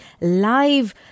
live